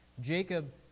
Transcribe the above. Jacob